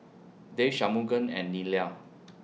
Dev Shunmugam and Neila